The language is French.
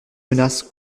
menaces